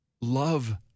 love